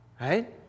right